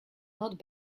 not